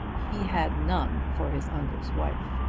he had none for his uncle's wife.